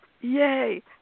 Yay